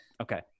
Okay